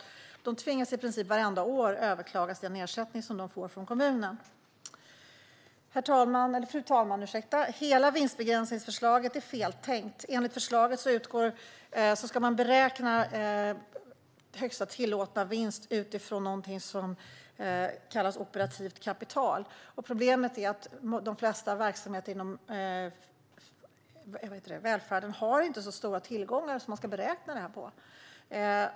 Nyköpings Enskilda Gymnasium tvingas i princip varje år att överklaga den ersättning som man får från kommunen. Fru talman! Hela vinstbegränsningsförlaget är feltänkt. Enligt förslaget ska högsta tillåtna vinst beräknas utifrån någonting som kallas operativt kapital. Problemet är att de flesta verksamheter i välfärden inte har så stora tillgångar som vinsten ska beräknas på.